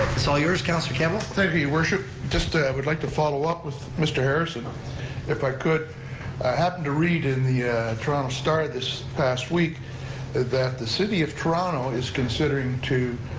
it's all yours, councilor councilor your worship. just would like to follow up with mr. harrison if i could. i happened to read in the toronto star this past week that that the city of toronto is considering to